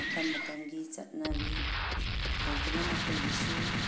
ꯃꯇꯝ ꯃꯇꯝꯒꯤ ꯆꯠꯅꯕꯤ ꯇꯧꯗꯨꯅ ꯃꯈꯣꯏꯒꯤꯁꯨ